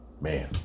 Man